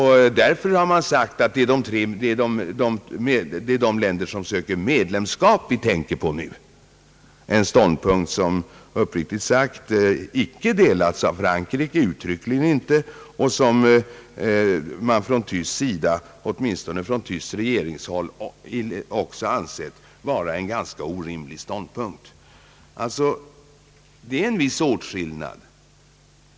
Därför har man sagt att »det är de länder som söker medlemskap som vi tänker på nu» — en ståndpunkt som Frankrike uttryckligen har sagt sig inte dela och som man även från tyskt regeringshåll ansett vara ganska orimlig. Det finns alltså en viss åtskillnad.